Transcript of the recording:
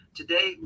today